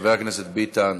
חבר הכנסת ביטן.